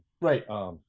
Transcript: Right